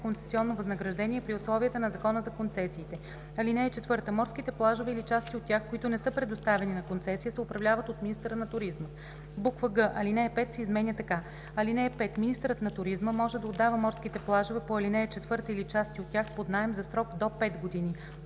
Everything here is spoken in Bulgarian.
концесионно възнаграждение при условията на Закона за концесиите. (4) Морските плажове или части от тях, които не са предоставени на концесия, се управляват от министъра на туризма.“; г) алинея 5 се изменя така: „(5) Министърът на туризма може да отдава морските плажове по ал. 4 или части от тях под наем за срок до 5 години,